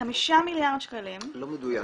חמישה מיליארד שקלים --- זה לא מדויק,